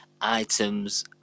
Items